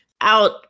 out